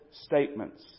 statements